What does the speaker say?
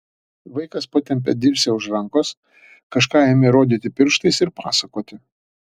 vaikas patempė dirsę už rankos kažką ėmė rodyti pirštais ir pasakoti